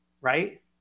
right